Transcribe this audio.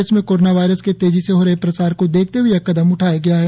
देश में corona virus के तेजी से हो रहे प्रसार को देखते हुए यह कदम उठाया गया है